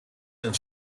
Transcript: and